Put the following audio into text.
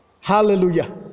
Hallelujah